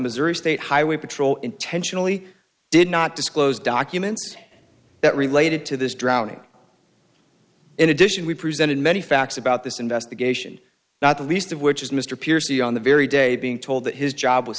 missouri state highway patrol intentionally did not disclose documents that related to this drowning in addition we presented many facts about this investigation not the least of which is mr pierce the on the very day being told that his job was